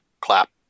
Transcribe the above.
clap